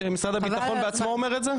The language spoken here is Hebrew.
שמשרד הביטחון בעצמו אומר את זה?